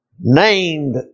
named